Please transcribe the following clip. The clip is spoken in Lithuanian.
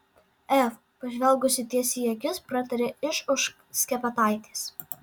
ef pažvelgusi tiesiai į akis pratarė iš už skepetaitės